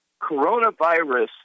coronavirus